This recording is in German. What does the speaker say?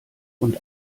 und